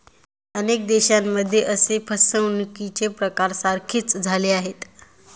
अनेक देशांमध्ये असे फसवणुकीचे प्रकार सारखेच झाले आहेत